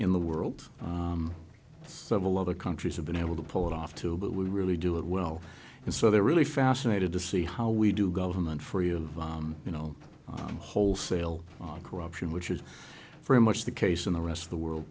in the world several other countries have been able to pull it off too but we really do it well and so they're really fascinated to see how we do government free of you know i'm wholesale corruption which is very much the case in the rest of the world